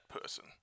person